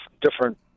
different